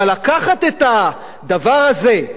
אבל לקחת את הדבר הזה,